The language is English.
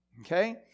Okay